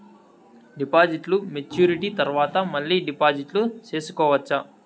డిపాజిట్లు మెచ్యూరిటీ తర్వాత మళ్ళీ డిపాజిట్లు సేసుకోవచ్చా?